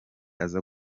aza